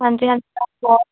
ਹਾਂਜੀ